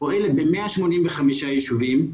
שפועלת ב-185 יישובים,